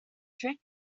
trick